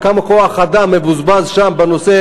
כמה כוח-אדם מבוזבז שם בנושא,